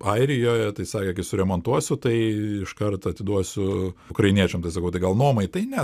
airijoje tai sakė kai suremontuosiu tai iškart atiduosiu ukrainiečiam tai sakau tai gal nuomai tai ne